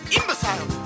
imbecile